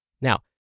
Now